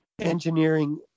engineering